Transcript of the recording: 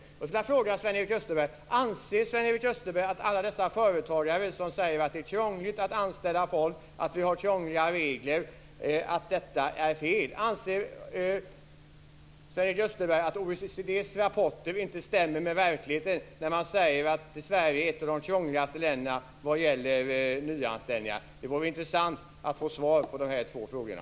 Jag skulle vilja fråga Sven-Erik Österberg: Anser Sven-Erik Österberg att alla dessa företagare som säger att det är krångligt att anställa folk och att vi har krångliga regler har fel? Anser Sven-Erik Österberg att OECD:s rapporter, där man säger att Sverige är ett av de krångligaste länderna vad gäller nyanställningar, inte stämmer med verkligheten? Det vore intressant att få svar på de här två frågorna.